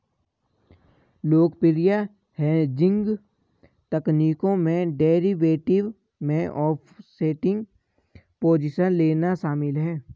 लोकप्रिय हेजिंग तकनीकों में डेरिवेटिव में ऑफसेटिंग पोजीशन लेना शामिल है